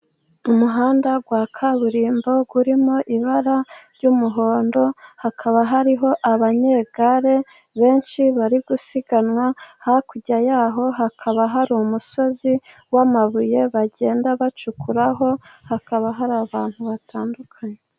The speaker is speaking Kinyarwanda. Umuhanda wa kaburimbo urimo ibara ry'umuhondo, hakaba hariho abanyegare benshi bari gusiganwa, hakurya yaho hakaba hari umusozi w'amabuye bagenda bacukuraho, hakaba hari abantu batandukanye.